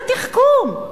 קצת תחכום.